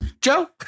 Joe